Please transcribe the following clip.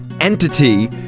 entity